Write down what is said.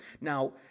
Now